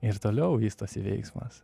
ir toliau vystosi veiksmas